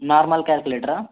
normal క్యాలిక్యులేటరా